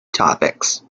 topics